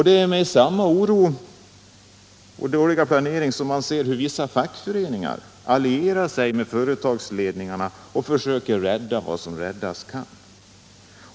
Det är med oro man ser att vissa fackföreningar allierar sig med företagsledningarna och försöker rädda vad som räddas kan.